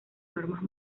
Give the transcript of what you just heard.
normas